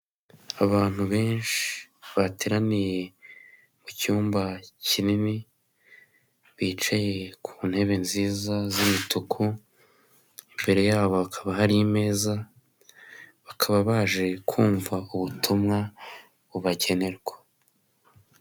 Abantu benshi bateraniye mu cyumba kinini, bicaye ku ntebe nziza z'imituku, imbere yabo ha bakaba hari imeza, bakaba baje kumva ubutumwa bubagenerwa.